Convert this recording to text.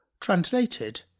Translated